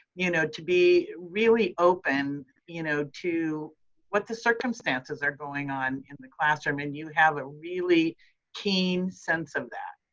you know, to be really open you know, to what the circumstances are going on in the classroom. and you have a really keen sense of that.